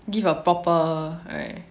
give a proper right